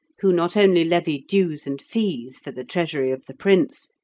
who not only levy dues and fees for the treasury of the prince,